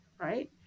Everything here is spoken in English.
Right